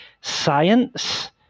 science